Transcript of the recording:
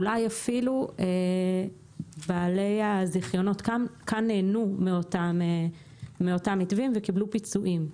אולי אפילו בעלי הזיכיונות כאן נהנו מאותם מתווים וקיבלו פיצויים.